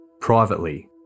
Privately